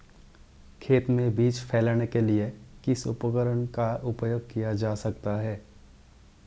खेत में बीज फैलाने के लिए किस उपकरण का उपयोग किया जा सकता है?